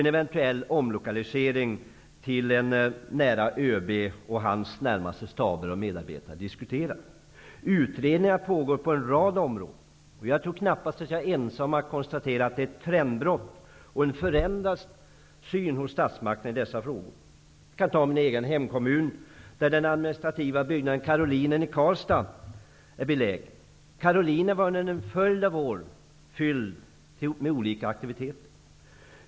En eventuell omlokalisering till en plats nära ÖB och hans närmaste staber och medarbetare diskuteras. Utredningar pågår på en rad områden. Jag tror knappast att jag är ensam om att konstatera ett trendbrott och en förändrad syn hos statsmakterna i dessa frågor. Jag kan ta min egen hemkommun som exempel, där den administrativa byggnaden Karolinen i Karlstad är belägen. Karolinen var under en följd av år fylld av olika aktiviteter.